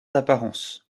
d’apparence